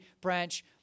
branch